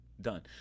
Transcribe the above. Done